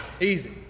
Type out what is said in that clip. Easy